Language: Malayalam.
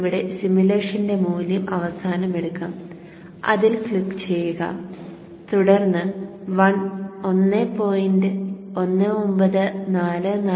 നമുക്ക് ഇവിടെ സിമുലേഷന്റെ മൂല്യം അവസാനം എടുക്കാം അതിൽ ക്ലിക്ക് ചെയ്യുക തുടർന്ന് 1